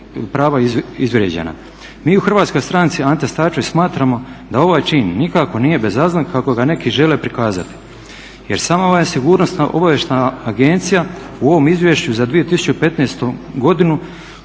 Mi u Hrvatskoj stranici Ante Starčević smatramo da ovaj čin nikako nije bezazlen kako ga neki žele prikazati jer samo vam je Sigurnosna obavještajna agencija u ovom izvješću za 2015.godinu